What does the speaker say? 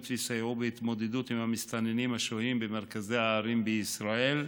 ויסייעו בהתמודדות עם המסתננים השוהים במרכזי הערים בישראל,